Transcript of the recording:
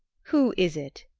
who is it,